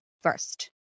first